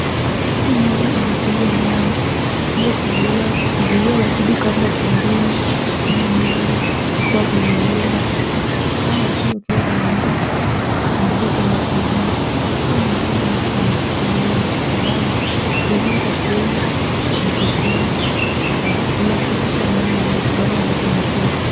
Hii nyumba inapigwa dawa ili kuzuia wadudu kama kunguni ama mende kukuwa kwenye nyumba. Hawa wadudu wakiwa kwenye nyumba, mdudu kama kunguni, huwa inafanya mtu kukosa amani, kwa sababu kunguni itakuuma ,utajikuna na inakukosesha amani mahali ambapo umeketi.